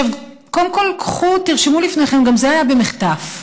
קודם כול, תרשמו לפניכם, גם זה היה במחטף,